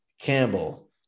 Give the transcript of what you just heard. Campbell